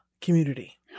community